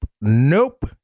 nope